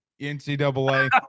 NCAA